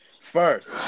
First